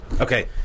Okay